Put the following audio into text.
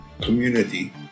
community